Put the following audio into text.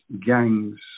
gangs